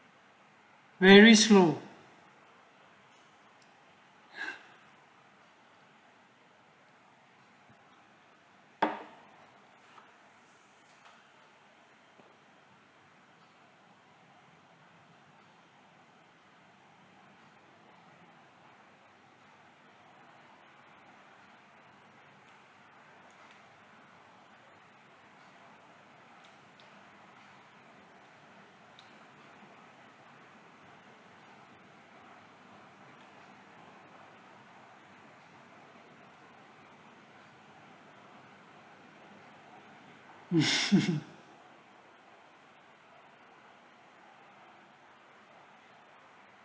very slow